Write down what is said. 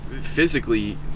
physically